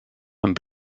and